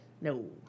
No